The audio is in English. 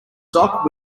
dock